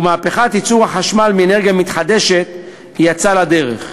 ומהפכת ייצור החשמל מאנרגיה מתחדשת יצאה לדרך.